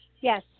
Yes